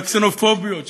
של הקסנופוביות,